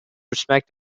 respect